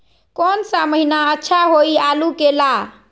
कौन सा महीना अच्छा होइ आलू के ला?